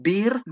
Beer